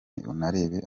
unarebe